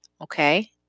okay